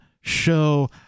show